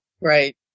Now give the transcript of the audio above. Right